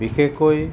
বিশেষকৈ